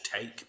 take